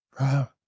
Wow